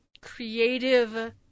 creative